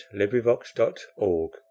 LibriVox.org